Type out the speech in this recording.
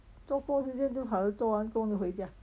做工时间就做完工就回家